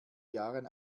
jahren